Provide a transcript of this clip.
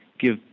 give